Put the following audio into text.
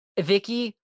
Vicky